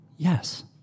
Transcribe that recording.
Yes